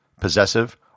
possessive